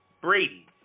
Brady